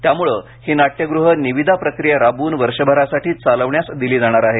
त्यामुळे ही नाट्यग्रहे निविदा प्रक्रिया राबवून वर्षभरासाठी चालविण्यास दिली जाणार आहेत